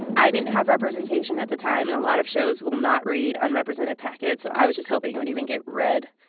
i didn't have representation at the time, and a lot of shows will not read unrepresented packets, so i was just hoping it would even get read,